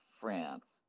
France